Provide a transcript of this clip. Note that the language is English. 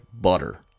Butter